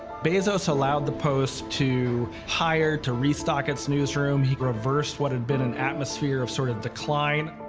bezos allowed the post to hire, to restock its newsroom, he reversed what had been an atmosphere of sort of decline.